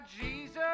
Jesus